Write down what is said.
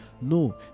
no